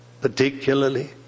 particularly